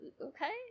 Okay